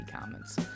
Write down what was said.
comments